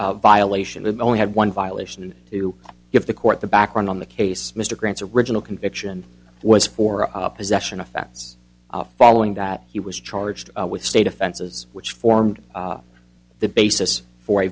s violation of only have one violation to give the court the background on the case mr grant's original conviction was for a possession of facts following that he was charged with state offenses which formed the basis for a